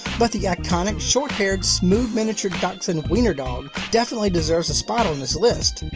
but the iconic short-haired smooth miniature dachshund wiener dog definitely deserves a spot on this list.